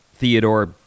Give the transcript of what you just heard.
Theodore